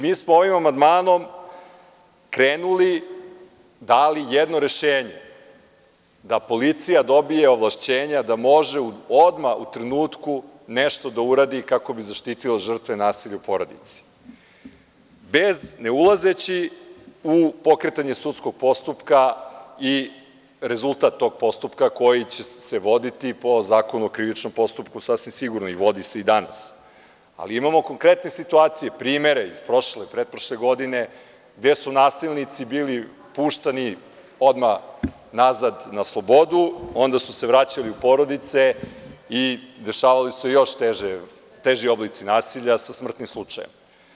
Mi smo ovim amandmanom krenuli, dali jedno rešenje, da policija dobije ovlašćenja da može odmah u trenutku nešto da uradi kako bi zaštitila žrtve nasilja u porodici, bez, ne ulazeći u pokretanje sudskog postupka i rezultat tog postupka koji će se voditi po Zakonu o krivičnom postupku, sasvim sigurni vodi se i danas, ali imamo konkretne situacije, primere iz prošle, pretprošle godine, gde su nasilnici bili puštani odmah nazad na slobodu, onda su se vraćali u porodice i dešavali se još teži oblici nasilja sa smrtnim slučajem.